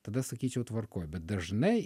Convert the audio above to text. tada sakyčiau tvarkoj bet dažnai